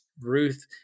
Ruth